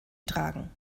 tragen